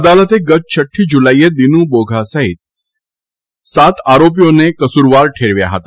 અદાલતે ગત છઠ્ઠી જુલાઇએ દિનુ બોધા સહિત સાત આરોપીઓને કસૂરવાર ઠેરવ્યા હતા